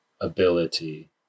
ability